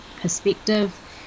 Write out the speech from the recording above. perspective